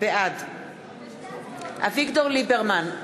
בעד אביגדור ליברמן,